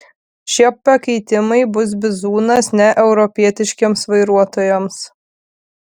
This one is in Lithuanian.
šie pakeitimai bus bizūnas neeuropietiškiems vairuotojams